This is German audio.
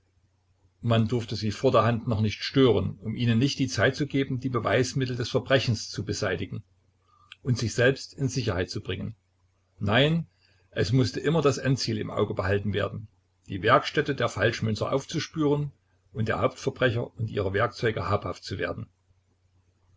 man durfte sie vorderhand noch nicht stören um ihnen nicht die zeit zu geben die beweismittel des verbrechens zu beseitigen und sich selbst in sicherheit zu bringen nein es mußte immer das endziel im auge behalten werden die werkstätte der falschmünzer aufzuspüren und der hauptverbrecher und ihrer werkzeuge habhaft zu werden